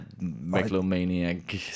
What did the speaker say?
megalomaniac